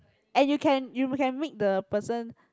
and you can you can make the person